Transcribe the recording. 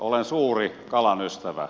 olen suuri kalanystävä